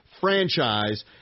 franchise